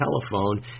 telephone